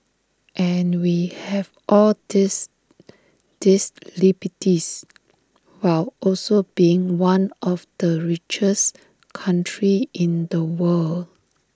and we have all these these liberties while also being one of the richest countries in the world